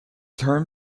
term